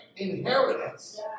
Inheritance